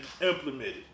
implemented